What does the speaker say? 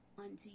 unto